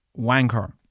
wanker